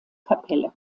kapelle